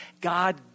God